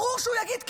ברור שהוא יגיד "כן",